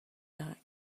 not